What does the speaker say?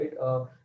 right